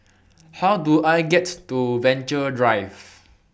How Do I get to Venture Drive